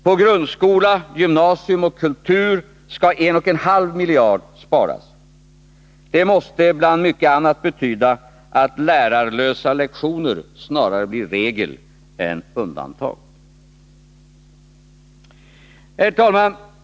På grundskola, gymnasium och kultur skall 1,5 miljarder sparas. Det måste bland mycket annat betyda att lärarlösa lektioner snarare blir regel än undantag. Herr talman!